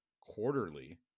Quarterly